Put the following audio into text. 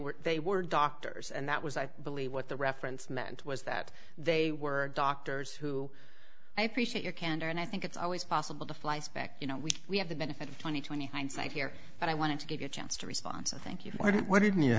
were they were doctors and that was i believe what the reference meant was that they were doctors who i appreciate your candor and i think it's always possible to flyspeck you know we we have the benefit of twenty twenty hindsight here but i wanted to give you a chance to response and thank you for doing what didn't you